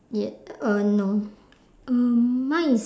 ye~ uh no um mine is